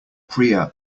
priya